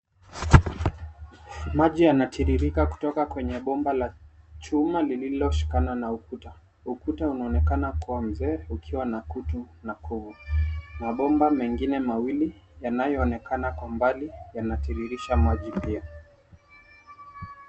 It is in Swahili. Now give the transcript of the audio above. Maji yanatiririka kutoka kwenye bomba la chuma lililoshikana na ukuta. Ukuta unaonekana kuwa mzee ukiwa na kutu na kofu. Mabomba mengine mawili yanayoonekana kwa umbali yanatirirsha maji pia.